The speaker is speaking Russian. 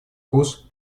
курс